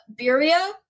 birria